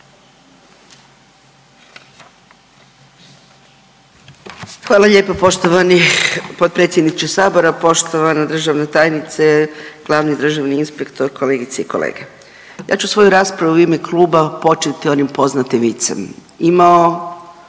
Hvala lijepo poštovani potpredsjedniče Sabora, poštovana državna tajnice, glavni državni inspektor, kolegice i kolege. Ja ću svoju raspravu u ime kluba početi onim poznatim vicem